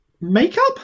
Makeup